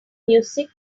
music